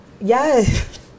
Yes